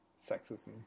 Sexism